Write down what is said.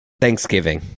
Thanksgiving